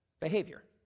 behavior